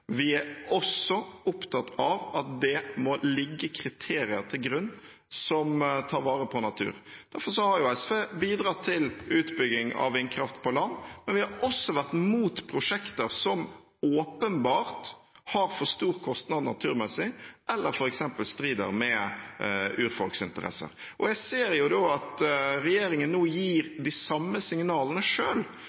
Vi er også opptatt av at det må ligge kriterier til grunn som tar vare på natur. Derfor har SV bidratt til utbygging av vindkraft på land. Vi har også vært mot prosjekter som åpenbart har for store kostnader naturmessig, eller f.eks. strider mot urfolks interesser. Jeg ser at regjeringen gir de samme signalene